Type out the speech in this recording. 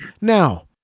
now